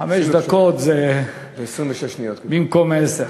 חמש דקות זה במקום עשר.